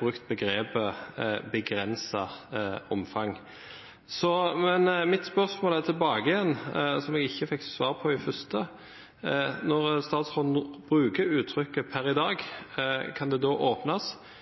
brukt begrepet «begrenset omfang». Men mitt spørsmål tilbake igjen, og som jeg ikke fikk svar på i den første replikken, er: Når statsråden bruker uttrykket «per i dag», kan det da åpnes